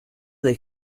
dai